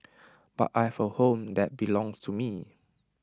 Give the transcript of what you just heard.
but I have A home that belongs to me